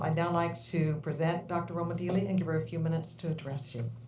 um now like to present dr. romidilli and give her a few minutes to address you.